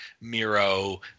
Miro